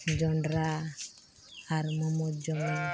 ᱡᱚᱸᱰᱨᱟ ᱟᱨ ᱢᱳᱢᱳ ᱡᱚᱢᱤᱧ